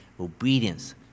obedience